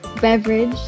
beverage